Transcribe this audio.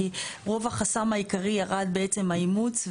כי רוב החסם העיקרי ירד בעצם האימוץ.